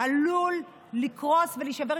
עלול לקרוס ולהישבר,